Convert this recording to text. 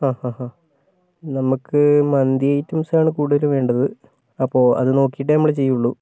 ആ ആ ആ നമുക്ക് മന്തി ഐറ്റംസ് ആണ് കൂടുതലും വേണ്ടത് അപ്പോൾ അത് നോക്കിയിട്ടേ നമ്മൾ ചെയ്യുള്ളൂ